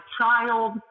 child